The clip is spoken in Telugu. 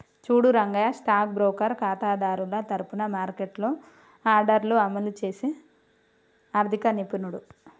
చూడు రంగయ్య స్టాక్ బ్రోకర్ ఖాతాదారుల తరఫున మార్కెట్లో ఆర్డర్లను అమలు చేసే ఆర్థిక నిపుణుడు